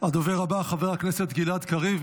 הדובר הבא, חבר הכנסת גלעד קריב.